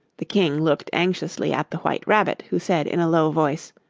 the king looked anxiously at the white rabbit, who said in a low voice,